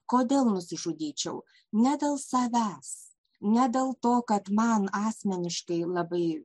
kodėl nusižudyčiau ne dėl savęs ne dėl to kad man asmeniškai labai